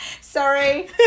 sorry